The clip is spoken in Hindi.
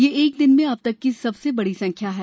ये एक दिन में अब तक की सबसे बड़ी संख्या है